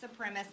supremacists